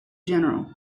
general